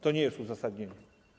To nie jest uzasadnienie.